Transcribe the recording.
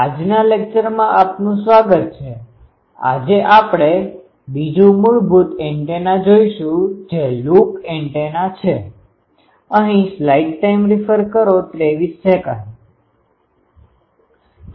આજના લેક્ચરમાં આપનું સ્વાગત છે આજે આપડે બીજું મૂળભૂત એન્ટેના જોઈશુ જે લૂપloopગાળો એન્ટેના છે